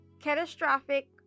catastrophic